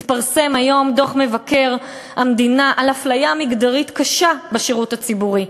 מתפרסם היום דוח מבקר המדינה על אפליה מגדרית קשה בשירות הציבורי.